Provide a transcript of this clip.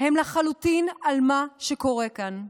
הן לחלוטין על מה שקורה כאן במדינה.